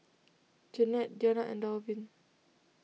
Janette Deana and Dalvin